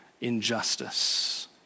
injustice